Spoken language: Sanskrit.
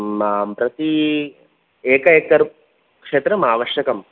माम् प्रति एक एकर् क्षेत्रम् आवश्यकम्